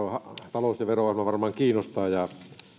talous ja vero ohjelma varmaan kiinnostaa